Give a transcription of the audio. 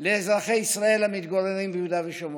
לאזרחי ישראל המתגוררים ביהודה ושומרון,